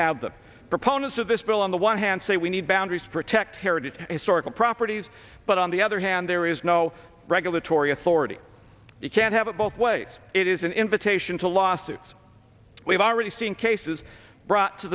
have the proponents of this bill on the one hand say we need boundaries protect heritage historical properties but on the other hand there is no regulatory authority you can't have it both ways it is an invitation to lawsuits we've already seen cases brought to